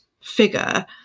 figure